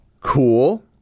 Cool